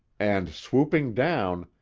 and swooping down,